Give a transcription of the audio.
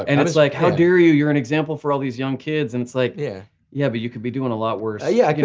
and it's like how dare you, you're an example for all these young kids, and it's like yeah yeah but you could be doing a lot worse. yeah, i could,